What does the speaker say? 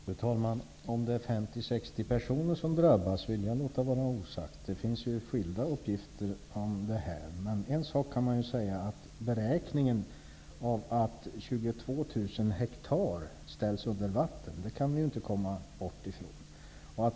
Fru talman! Om det är 50--60 personer som drabbas, vill jag låta vara osagt. Det finns skilda uppgifter om detta. Men beräkningen att 22 000 hektar ställs under vatten kan vi inte komma bort ifrån.